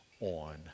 on